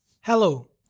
Hello